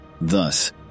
Thus